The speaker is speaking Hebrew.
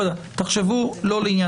תחשבו על זה.